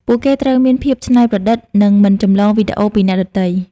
ពួកគេត្រូវមានភាពច្នៃប្រឌិតនិងមិនចម្លងវីដេអូពីអ្នកដទៃ។